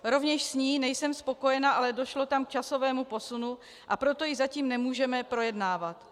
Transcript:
Rovněž s ní nejsem spokojena, ale došlo tam k časovému posunu, a proto ji zatím nemůžeme projednávat.